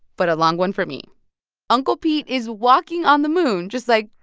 but a long one for me uncle pete is walking on the moon just like,